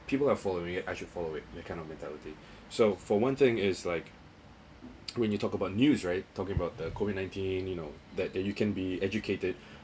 people are following it I should follow it that kind of mentality so for one thing is like when you talk about news right talking about the COVID-nineteen you know that there you can be educated